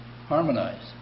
harmonize